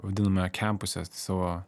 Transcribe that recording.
vadiname kempuse savo